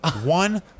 one